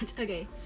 Okay